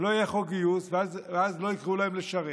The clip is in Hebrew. שלא יגידו להם לשרת.